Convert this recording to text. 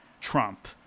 Trump